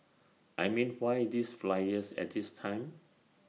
I mean why these flyers at this time